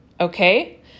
Okay